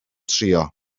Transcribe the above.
trio